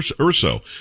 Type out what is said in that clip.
Urso